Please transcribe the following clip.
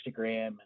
Instagram